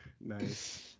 Nice